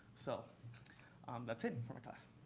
so that's it for my class.